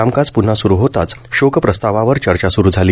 कामकाज पून्हा सुरू होताच शोकप्रस्तावावर चर्चा सुरू झाली